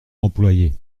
employés